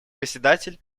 председатель